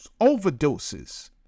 overdoses